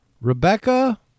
Rebecca